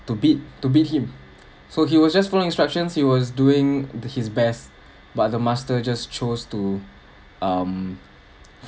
to beat to beat him so he was just following instructions he was doing his best but the master just chose to um